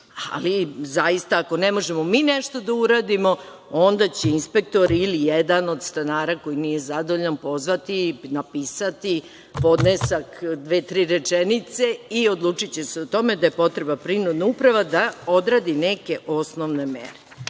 zaista ako ne možemo mi nešto da uradimo, onda će inspektori, ili jedan od stanara koji nije zadovoljan pozvati, napisati podnesak, dve-tri rečenice i odlučiće se o tome da potrebna prinudna uprava, da odradi neke osnovne mere. Hvala